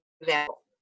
example